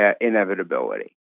inevitability